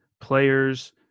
players